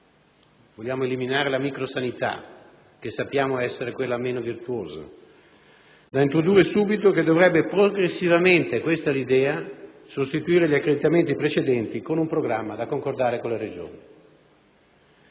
di eliminare la microsanità, che sappiamo essere quella meno virtuosa) da introdurre subito e che dovrebbe progressivamente - questa è l'idea - sostituire gli accreditamenti precedenti con un programma da concordare con le Regioni.